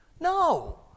No